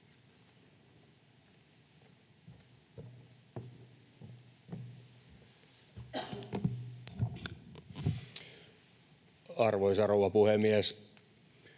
Arvoisa rouva puhemies!